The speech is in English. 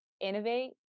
innovate